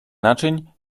naczyń